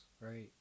right